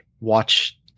watch